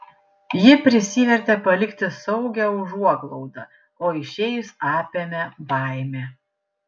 ji prisivertė palikti saugią užuoglaudą o išėjus apėmė baimė